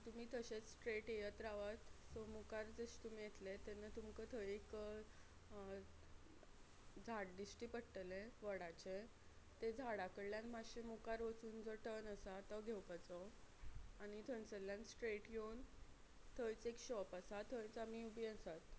तुमी तशेच स्ट्रेट येयत रावात सो मुखार जशें तुमी येतले तेन्ना तुमकां थंय एक झाड दिश्टी पडटले वडाचे ते झाडा कडल्यान मातशे मुखार वचून जो टर्न आसा तो घेवपाचो आनी थंयसरल्यान स्ट्रेट घेवन थंयच एक शॉप आसा थंयच आमी बी आसात